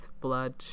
blood